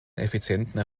effizienten